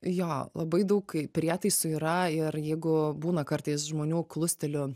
jo labai daug kai prietaisų yra ir jeigu būna kartais žmonių klustilių